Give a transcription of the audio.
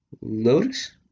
Lotus